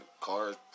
Cars